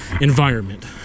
environment